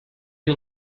you